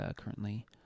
currently